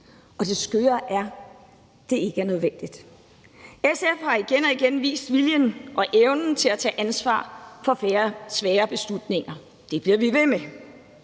Det skøre er, at det ikke er nødvendigt. SF har igen og igen vist viljen og evnen til at tage ansvar for svære beslutninger, og det bliver vi ved med.